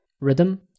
rhythm